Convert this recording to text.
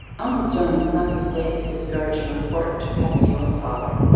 uncle john did not display this discouraging report to patsy or her father.